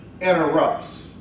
interrupts